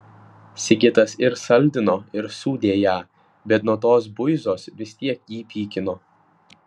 sigitas ir saldino ir sūdė ją bet nuo tos buizos vis tiek jį pykino